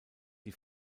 die